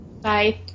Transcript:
Bye